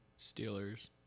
Steelers